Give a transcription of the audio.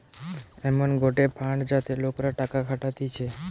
এমন গটে ফান্ড যাতে লোকরা টাকা খাটাতিছে